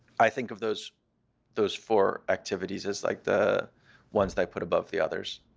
i think of those those four activities as like the ones that i put above the others.